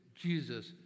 Jesus